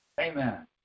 Amen